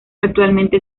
actualmente